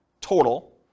total